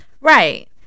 Right